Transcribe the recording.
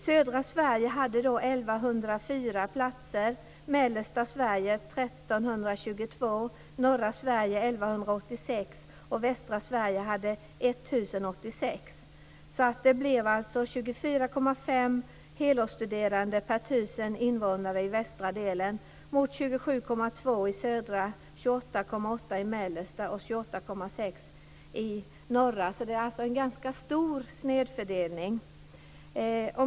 Södra Sverige hade 1 104 platser, mellersta Sverige 1 322, norra Sverige 1 186 och västra Sverige 1 086. Det blev alltså 24,5 helårsstuderande per tusen invånare i västra delen mot 27,2 i södra, 28,8 i mellersta och 28,6 i norra. Det är alltså en ganska stor snedfördelning.